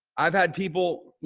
i've had people,